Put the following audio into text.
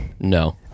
No